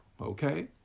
okay